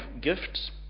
gifts